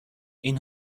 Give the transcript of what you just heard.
این